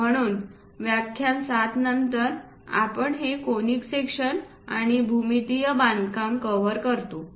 म्हणून व्याख्यान 7 नंतर आपण हे कोनिक सेक्शन्स आणि भूमितीय बांधकाम कव्हर करतो